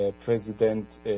president